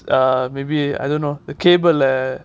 uh maybe I don't know the cable ah